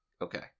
Okay